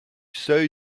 seuil